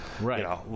Right